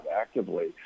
actively